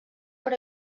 per